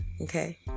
okay